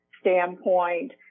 standpoint